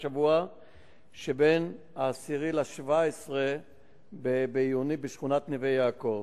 השבוע שבין 10 ל-17 ביוני בשכונת נווה-יעקב.